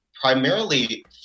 Primarily